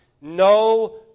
no